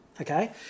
okay